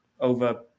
over